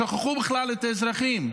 שכחו בכלל את האזרחים.